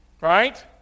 Right